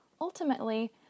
Ultimately